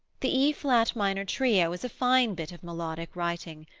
the e flat minor trio is a fine bit of melodic writing.